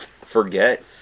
forget